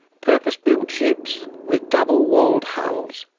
purpose-built ships with double walled hulls,